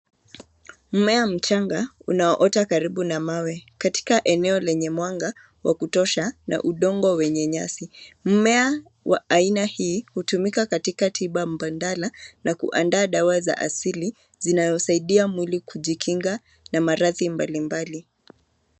Mmea mchanga unaoota karibu na mawe, katika eneo lenye mwanga wa kutosha na udongo wenye nyasi. Mmea wa aina hii hutumika katika tiba mbadala na kuandaa dawa za asili zinayosaidia mwili kujikinga na maradhi mbalimbali.